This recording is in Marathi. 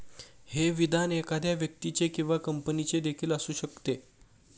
हे विधान एखाद्या व्यक्तीचे किंवा कंपनीचे देखील असू शकते